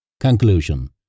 Conclusion